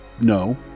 no